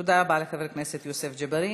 תודה רבה לחבר הכנסת יוסף ג'בארין.